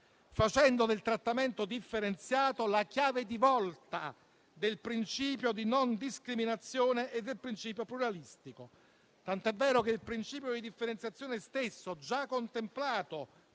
facendo del trattamento differenziato la chiave di volta del principio di non discriminazione e del principio pluralistico. Il principio di differenziazione stesso, già contemplato